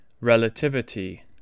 relativity